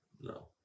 No